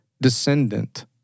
descendant